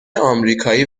آمریکایی